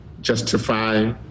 justify